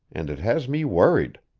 and it has me worried.